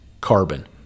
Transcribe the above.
carbon